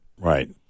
right